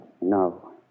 No